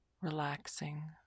relaxing